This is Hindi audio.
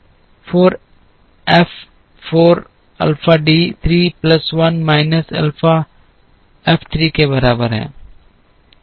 4 F 4 alpha D 3 plus 1 minus alpha F 3 के बराबर है